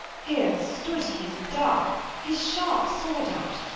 here stood he in the dark, his sharp sword out,